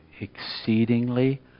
exceedingly